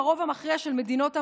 ברוב המכריע של מדינות המערב,